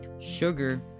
sugar